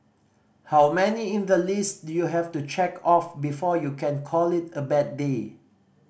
how many in the list do you have to check off before you can call it a bad day